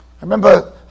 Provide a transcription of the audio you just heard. remember